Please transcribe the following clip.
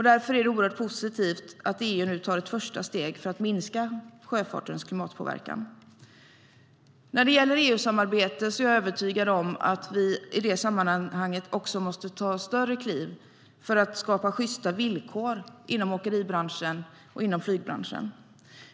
Därför är det oerhört positivt att EU nu tar ett första steg för att minska sjöfartens klimatpåverkan. När det gäller EU-samarbete är jag övertygad om att vi i det sammanhanget måste ta större kliv för att skapa sjysta villkor inom åkeribranschen och flygbranschen.